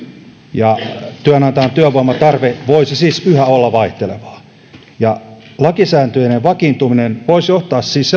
työnantajan työvoimatarve voisi siis yhä olla vaihtelevaa lakisääteinen vakiintuminen voisi siis